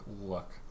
look